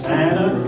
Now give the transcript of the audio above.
Santa